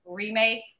remake